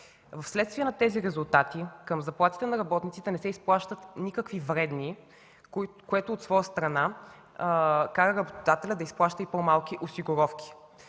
Вследствие на тези резултати към заплатите на работниците не се изплащат никакви вредни, което от своя страна кара работодателят да изплаща и по-малки осигуровки.